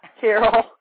Carol